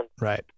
Right